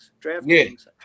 DraftKings